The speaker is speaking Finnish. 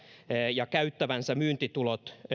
ja käyttävänsä myyntitulot